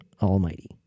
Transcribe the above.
Almighty